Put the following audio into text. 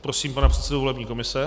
Prosím pana předsedu volební komise.